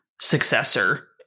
successor